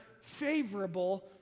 favorable